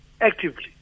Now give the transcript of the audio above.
actively